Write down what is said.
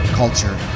culture